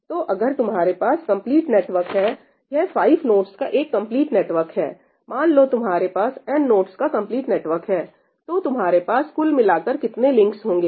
तो अगर तुम्हारे पास कंप्लीट नेटवर्क है यह 5 नोडस का एक कंप्लीट नेटवर्क है मान लो तुम्हारे पास n नोडस का कंप्लीट नेटवर्क है तो तुम्हारे पास कुल मिलाकर कितने लिंक्स होंगे